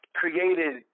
created